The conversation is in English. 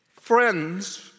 friends